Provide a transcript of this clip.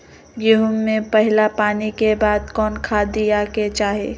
गेंहू में पहिला पानी के बाद कौन खाद दिया के चाही?